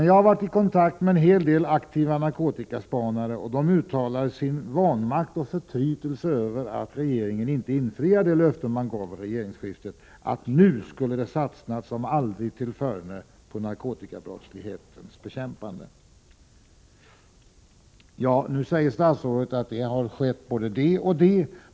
Jag har varit i kontakt med flera aktiva narkotikaspanare, och de ger uttryck för sin vanmakt och sin förtrytelse över att regeringen inte infriar de löften som gavs i samband med regeringsskiftet om att det skulle satsas som aldrig tillförne på narkotikabekämpningen. Nu säger statsrådet att både det ena och det andra har skett.